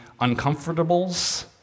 uncomfortables